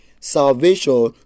salvation